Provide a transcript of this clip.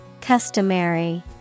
Customary